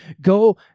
Go